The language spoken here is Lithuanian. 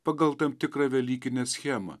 pagal tam tikrą velykinę schemą